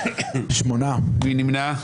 התקנון מדבר על כמה אופציות,